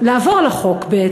לעבור על החוק,